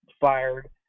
fired